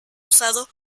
usado